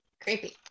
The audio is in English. Creepy